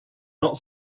not